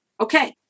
Okay